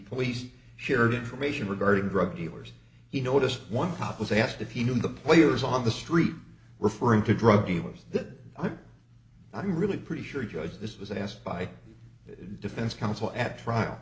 police shared information regarding drug dealers he noticed one cop was asked if he knew the players on the street referring to drug dealers that i'm really pretty sure judge this was asked by the defense counsel at trial